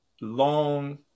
long